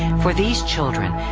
for these children,